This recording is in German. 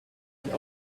sich